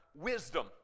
wisdom